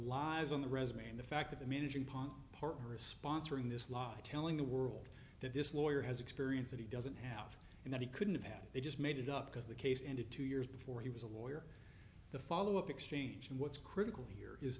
lies on the resume and the fact that the managing partner are sponsoring this law telling the world that this lawyer has experience that he doesn't have and that he couldn't have they just made it up because the case ended two years before he was a lawyer the follow up exchange and what's critical here is